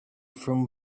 from